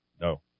No